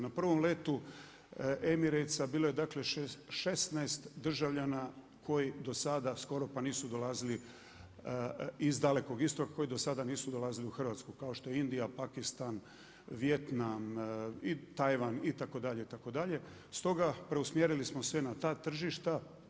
Na prvom letu Emirates bilo je 16 državljana koji do sada skoro pa nisu dolazili iz Dalekog Istoga koji do sada nisu dolazili u Hrvatsku kao što je Indija, Pakistan, Vijetnam, Tajvan itd., itd. stoga preusmjerili smo sve na ta tržišta.